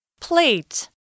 Plate